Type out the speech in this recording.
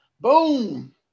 Boom